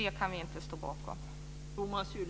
Det kan vi inte stå bakom.